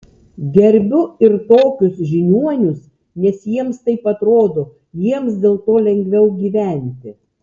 gerbiu ir tokius žiniuonius nes jiems taip atrodo jiems dėl to lengviau gyventi